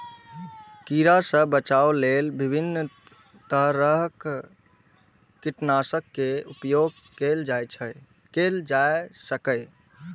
कीड़ा सं बचाव लेल विभिन्न तरहक कीटनाशक के उपयोग कैल जा सकैए